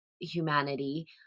humanity